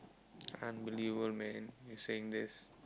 unbelievable man me saying this